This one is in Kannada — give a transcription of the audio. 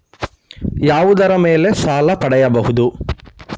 ಯಾವುದರ ಮೇಲೆ ಸಾಲ ಪಡೆಯಬಹುದು?